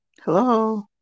Hello